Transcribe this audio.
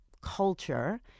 culture